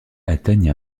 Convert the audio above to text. atteignant